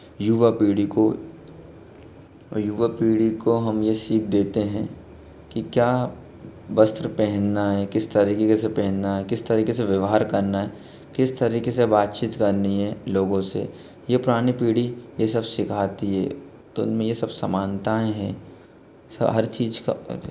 युवा पीढ़ी को युवा पीढ़ी को हम ये सीख देते हैं कि क्या वस्त्र पहनना है किस तरीके से पहनना है किस तरीके से व्यवहार करना है किस तरीके से बातचीत करनी है लोगों से ये पुरानी पीढ़ी ये सब सिखाती है तो उनमें ये सब समानताएँ हैं हर चीज का अरे